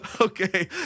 Okay